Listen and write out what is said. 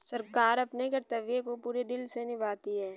सरकार अपने कर्तव्य को पूरे दिल से निभाती है